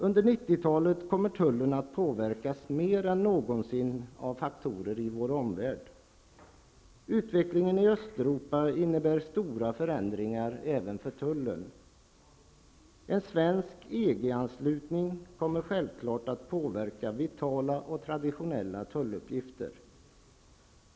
Under 90-talet kommer tullen att påverkas mer än någonsin av faktorer i vår omvärld. Utvecklingen i Östeuropa innebär stora förändringar även för tullen. En svensk EG-anslutning kommer självfallet att påverka vitala och traditionella tulluppgifter.